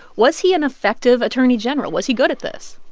was he an effective attorney general? was he good at this?